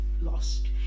lost